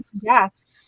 guest